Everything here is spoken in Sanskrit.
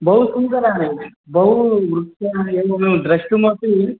बहु सुन्दरः बहु वृक्षान् एवं द्रष्टुमपि